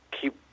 keep